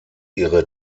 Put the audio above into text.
ihre